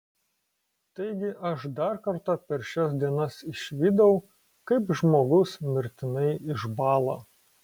taigi aš dar kartą per šias dienas išvydau kaip žmogus mirtinai išbąla